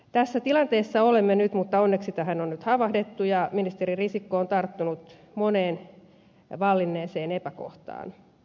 tässä tilanteessa olemme nyt mutta onneksi tähän on nyt havahduttu ja ministeri risikko on tarttunut moneen vallinneeseen epäkohtaan